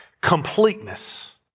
completeness